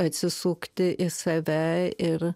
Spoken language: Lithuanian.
atsisukti į save ir